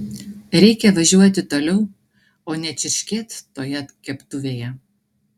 reikia važiuoti toliau o ne čirškėt toje keptuvėje